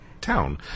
town